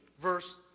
verse